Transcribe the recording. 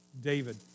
David